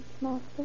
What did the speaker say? Master